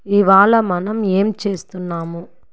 ఇవాళ మనం ఏం చేస్తున్నాము